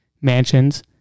mansions